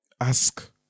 Ask